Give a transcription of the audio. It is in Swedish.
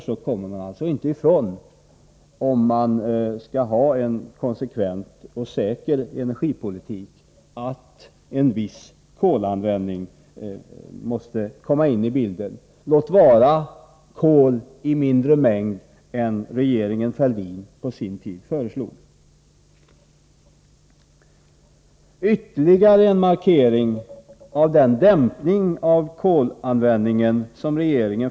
Skall vi ha en konsekvent och säker energipolitik, kommer vi inte ifrån att en viss kolanvändning finns med i bilden, låt vara en mindre kolanvändning än den som regeringen Fälldin på sin tid föreslog.